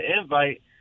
invite